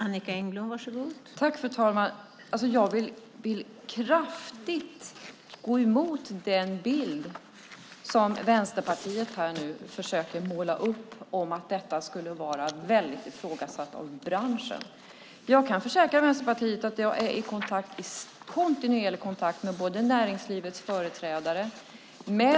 Fru talman! Jag vill kraftigt gå emot den bild som Vänsterpartiet här nu försöker måla upp om att detta skulle vara väldigt ifrågasatt av branschen. Jag kan försäkra Vänsterpartiet att jag har kontinuerlig kontakt med näringslivets företrädare.